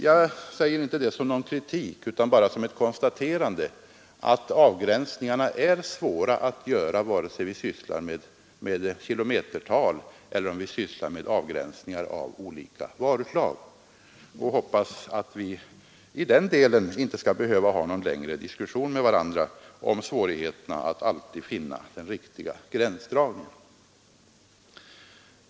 Jag säger inte det som någon kritik utan bara som ett konstaterande att avgränsningarna är svåra att göra vare sig vi sysslar med kilometertal eller med avgränsningar av olika varuslag, och jag hoppas att vi i den delen inte skall behöva ha någon längre diskussion med varandra om svårigheterna att alltid finna den riktiga gränsdragningen.